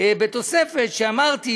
את התוספת שאמרתי,